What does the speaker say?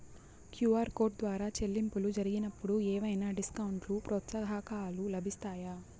QR code ద్వారా చెల్లింపులు జరిగినప్పుడు ఏవైనా డిస్కౌంట్ లు, ప్రోత్సాహకాలు లభిస్తాయా?